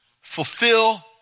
fulfill